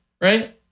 right